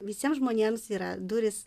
visiem žmonėms yra durys